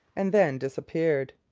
and then disappeared.